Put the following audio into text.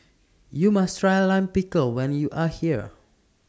YOU must Try Lime Pickle when YOU Are here